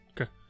Okay